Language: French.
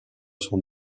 son